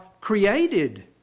created